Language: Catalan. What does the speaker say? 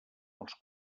als